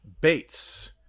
Bates